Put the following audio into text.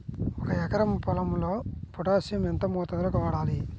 ఒక ఎకరా వరి పొలంలో పోటాషియం ఎంత మోతాదులో వాడాలి?